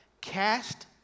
cast